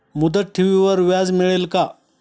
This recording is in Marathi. मुदत ठेवीवर व्याज मिळेल का?